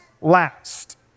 last